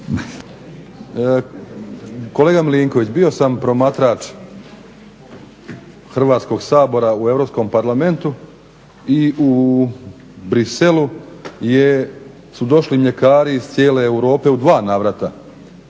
Kolega Milinković, bio sam promatrač Hrvatskog sabora u Europskom parlamentu i u Bruxellesu su došli mljekari iz cijele Europe u dva navrata